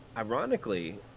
Ironically